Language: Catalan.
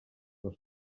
dels